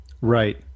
Right